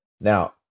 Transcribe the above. Now